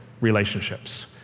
relationships